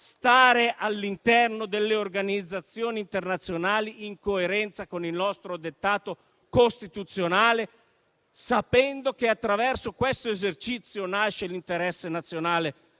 stare all'interno delle organizzazioni internazionali in coerenza con il nostro dettato costituzionale, sapendo che attraverso questo esercizio nascono l'interesse nazionale